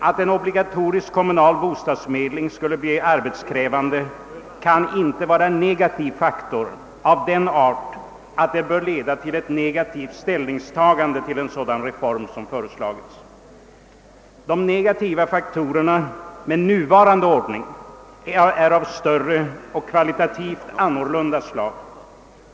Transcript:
Att en obligatorisk kommunal bostadsförmedling skulle bli arbetskrävande kan inte vara en negativ faktor av den art att den bör leda till ett negativt ställningstagande för den reform som har föreslagits. De negativa faktorerna med nuvarande ordning är av större och kvalitativt annat slag.